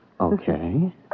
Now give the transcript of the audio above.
Okay